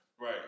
Right